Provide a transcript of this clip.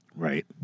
Right